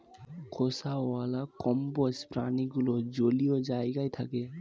খোসাওয়ালা কম্বোজ প্রাণীগুলো জলীয় জায়গায় থাকে